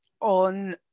on